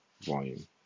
volume